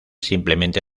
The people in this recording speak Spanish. simplemente